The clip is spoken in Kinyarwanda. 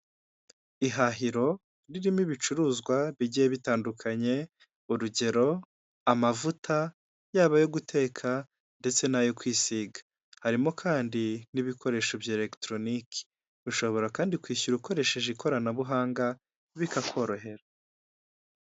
Ihahiro ririmo ibicuruzwa bigiye bitandukanye urugero amavuta, yaba ayo guteka ndetse n'ayo kwisiga, harimo kandi n'ibikoresho bya elegitoroniki. Ushobora kandi kwishyura ukoresheje ikoranabuhanga bikakorohera.